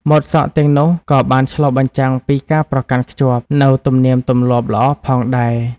ម៉ូតសក់ទាំងនោះក៏បានឆ្លុះបញ្ចាំងពីការប្រកាន់ខ្ជាប់នូវទំនៀមទម្លាប់ល្អផងដែរ។